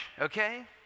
okay